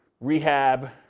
rehab